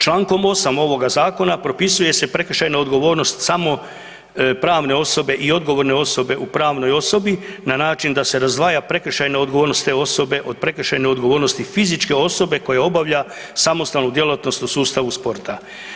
Člankom 8. ovoga Zakona propisuje se prekršajna odgovornost samo pravne osobe i odgovorne osobe u pravnoj osobi na način da se razdvaja prekršajna odgovornost te osobe od prekršajne odgovornosti fizičke osobe koja obavlja samostalnu djelatnost u sustavu sporta.